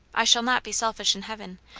i shall not be selfish in heaven.